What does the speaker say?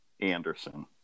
Anderson